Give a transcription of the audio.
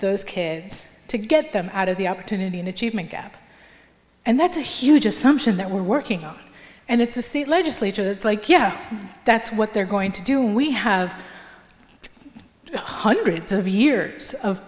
those kids to get them out of the opportunity an achievement gap and that's a huge assumption that we're working on and it's a seat legislature that's like yeah that's what they're going to do we have hundreds of years of